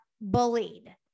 bullied